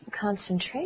concentration